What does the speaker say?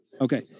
Okay